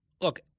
Look